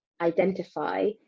identify